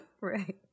Right